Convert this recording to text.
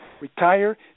retire